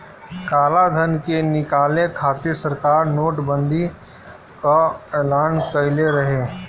कालाधन के निकाले खातिर सरकार नोट बंदी कअ एलान कईले रहे